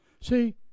See